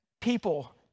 people